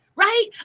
right